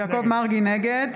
נגד